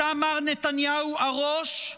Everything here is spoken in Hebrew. אתה, מר נתניהו, הראש,